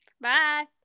bye